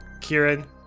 Kieran